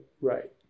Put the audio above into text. right